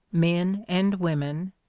men and women,